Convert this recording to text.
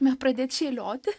nepradėt šėlioti